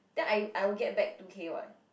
then I I will get back two-K what